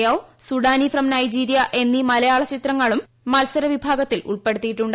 Yau Sudani from Nigeria എന്നീ മലയാള ചിത്രങ്ങളും മത്സര വിഭാഗത്തിൽ ഉൾപ്പെടുത്തിയിട്ടുണ്ട്